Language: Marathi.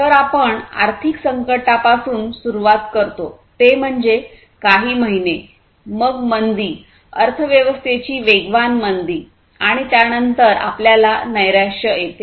तर आपण आर्थिक संकटापासून सुरुवात करतो ते म्हणजे काही महिने मग मंदी अर्थव्यवस्थेची वेगवान मंदी आणि त्यानंतर आपल्याला नैराश्य येते